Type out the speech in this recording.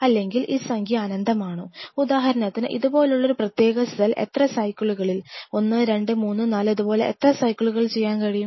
അല്ലെങ്കിൽ ഈ സംഖ്യ അനന്തമാണോ ഉദാഹരണത്തിന് ഇതുപോലുള്ള ഒരു പ്രത്യേക സെൽ എത്ര സൈക്കിളുകൾ 1 2 3 4 ഇതുപോലെ എത്ര സൈക്കിളുകൾ ചെയ്യാൻ കഴിയും